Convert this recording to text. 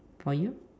for you